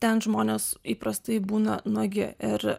ten žmonės įprastai būna nuogi ir